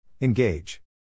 Engage